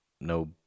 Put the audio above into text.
no